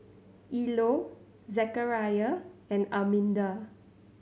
Ilo Zechariah and Arminda